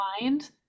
mind